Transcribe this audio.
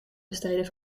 besteden